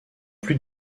plus